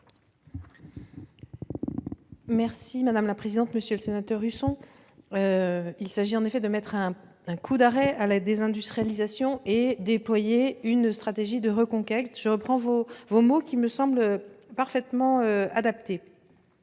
est à Mme la secrétaire d'État. Monsieur le sénateur Husson, il s'agit en effet de mettre un coup d'arrêt à la désindustrialisation et de déployer une stratégie de reconquête. Je reprends vos mots, qui me semblent parfaitement adaptés.